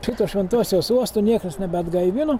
šito šventosios uosto niekas nebeatgaivino